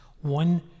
one